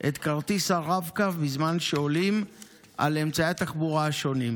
את כרטיס הרב-קו בזמן שעולים על אמצעי התחבורה השונים.